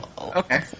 okay